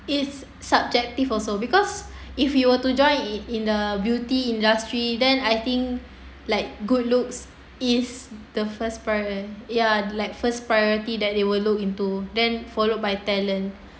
it's subjective also because if you were to join in in the beauty industry then I think like good looks is the first ya like first priority that they will look into then followed by talent